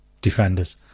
defenders